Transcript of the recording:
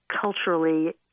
culturally